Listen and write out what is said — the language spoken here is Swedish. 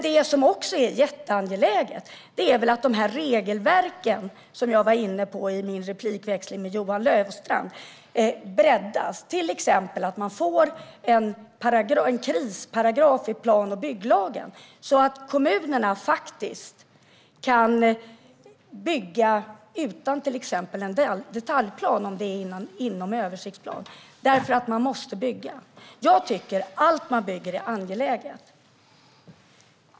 Det som också är jätteangeläget är att de regelverk som jag var inne på i min replikväxling med Johan Löfstrand breddas. Det gäller till exempel att man får en krisparagraf i plan och bygglagen så att kommunerna kan bygga utan till exempel en detaljplan, om det är inom översiktsplan, därför att man måste bygga. Jag tycker att allt man bygger är angeläget.